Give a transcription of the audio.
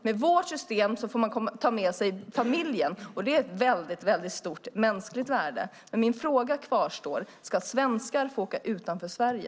Med vårt system får man ta med familjen, och det har stort mänskligt värde. Min fråga kvarstår: Ska svenskar få åka utanför Sverige?